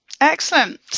Excellent